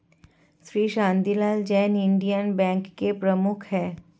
Shri Shantilal Jain Indian bank के प्रमुख है